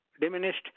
diminished